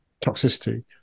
toxicity